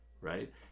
right